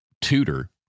tutor